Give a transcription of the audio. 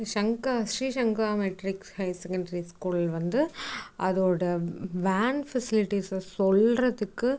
சங்க Sri Sankara matric higher secondary school வந்து அதோட வேன் ஃபெசிலிட்டிஸை சொல்லுறத்துக்கு